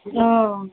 औ